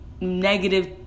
negative